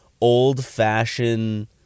old-fashioned